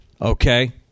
Okay